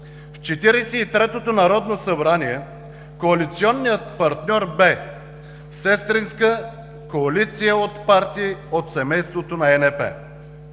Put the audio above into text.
и третото народно събрание коалиционният партньор бе сестринска коалиция от партии от семейството на ЕНП.